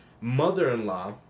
mother-in-law